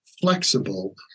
flexible